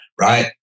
Right